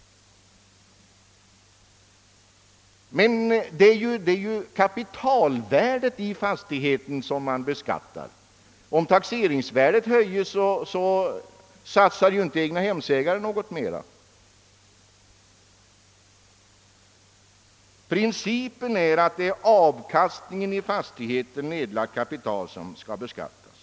Det är kapitalvärdet i fastigheten som man beskattar. Om taxeringsvärdet höjs, satsar därför inte egnahemsägarren något mer. Principen är att det är avkastningen av det i fastigheten nedlagda kapitalet som skall beskattas.